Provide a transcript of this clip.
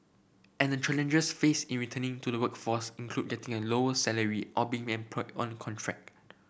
and the challenges faced in returning to the workforce include getting a lower salary or on contract